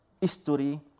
history